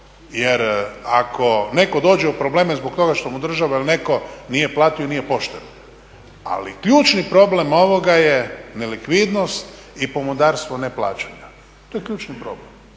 jer ako netko dođe u problem što mu država ili netko nije platio nije pošteno, ali ključni problem ovoga je nelikvidnost i pomodarstvo neplaćanja, to je ključni problem